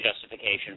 justification